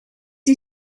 you